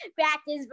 practice